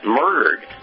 murdered